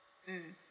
mm